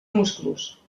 musclos